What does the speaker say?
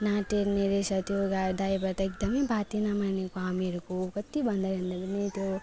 न टेर्ने रहेछ त्यो ग ड्राइभर त एकदम बात न मानेको हामीहरूको कति भन्दा भन्दा पनि त्यो